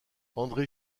andré